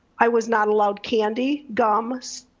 i was not allowed candy, gum,